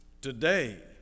Today